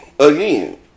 Again